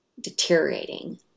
deteriorating